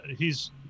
hes